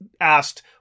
asked